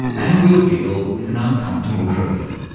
and we'll deal with an uncomfortable truth.